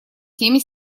теме